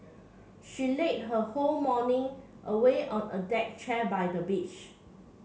she her whole morning away on a deck chair by the beach